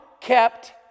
kept